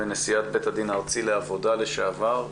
ונשיאת בית הדין הארצי לעבודה לשעבר.